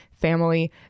Family